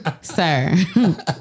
sir